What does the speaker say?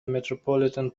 metropolitan